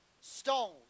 stone